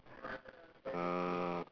uh